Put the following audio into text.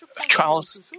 trials